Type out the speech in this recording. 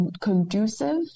conducive